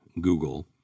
Google